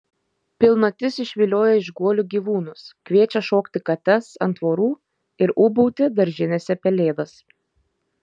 pilnatis išvilioja iš guolių gyvūnus kviečia šokti kates ant tvorų ir ūbauti daržinėse pelėdas